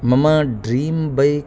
मम dream bike